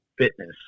fitness